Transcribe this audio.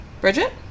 Bridget